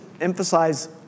emphasize